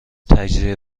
تجزیه